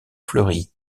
fleurie